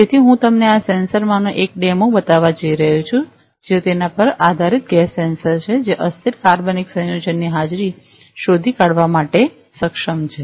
તેથી હું તમને આ સેન્સર માંથી એકનો ડેમો બતાવવા જઈ રહ્યો છું જે તેના પર આધારિત ગેસ સેન્સર છે જે અસ્થિર કાર્બનિક સંયોજનોની હાજરી શોધી કાઢવા માટે સક્ષમ છે